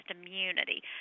immunity